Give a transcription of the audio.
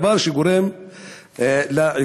דבר שגורם לעיכובים.